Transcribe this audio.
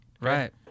Right